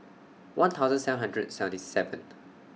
one thousand seven hundred seventy seventh